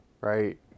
right